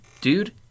Dude